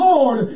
Lord